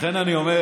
לכן אני אומר,